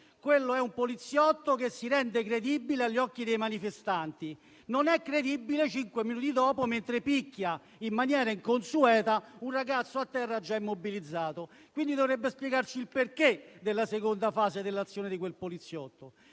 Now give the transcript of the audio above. È un poliziotto che si rende credibile agli occhi dei manifestanti. Non è credibile cinque minuti dopo mentre picchia in maniera inconsueta un ragazzo a terra già immobilizzato. Dovrebbe quindi spiegarci le ragioni della seconda fase dell'azione di quel poliziotto.